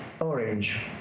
orange